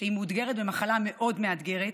כשהיא מאותגרת במחלה מאוד מאתגרת,